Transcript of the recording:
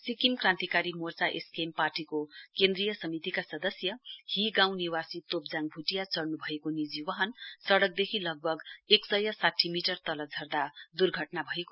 Sikkim Krantikari Morcha SKM पार्टीको केन्द्रीय समितिका सदस्य हि गाँउ निवासी तोप्जाङ भुटिया चढ़नु भएको निजी वाहन सड़कदेखी लगभग एक सय साठी मिटर तल झर्दा यसको दुर्घटना भयो